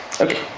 Okay